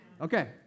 Okay